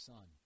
Son